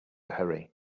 hurry